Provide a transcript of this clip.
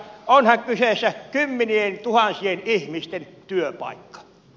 onhan kyseessä kymmenientuhansien ihmisten työ vaikka